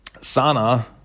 Sana